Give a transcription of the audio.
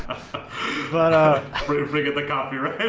but a regular coffee right?